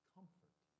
Comfort